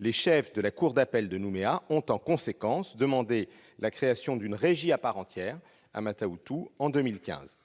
Les chefs de la cour d'appel de Nouméa ont en conséquence demandé la création d'une régie à part entière à Mata Utu en 2015.